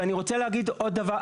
ואני רוצה להגיד עוד דבר,